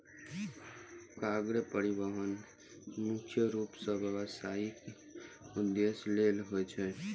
cargo परिवहन मुख्य रूप सं व्यावसायिक उद्देश्य लेल होइ छै